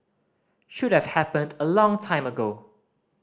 should have happened a long time ago